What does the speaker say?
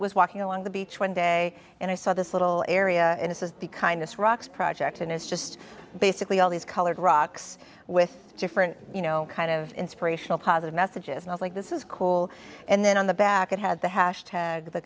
was walking along the beach one day and i saw this little area and this is the kind this rocks project and it's just basically all these colored rocks with different you know kind of inspirational positive messages and like this is cool and then on the back it had the